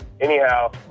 Anyhow